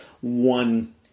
one